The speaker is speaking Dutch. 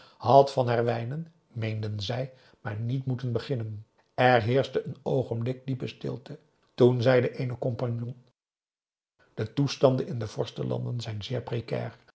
had van herwijnen meenden zij maar niet moeten beginnen er heerschte een oogenblik diepe stilte toen zei de eene co de toestanden in de vorstenlanden zijn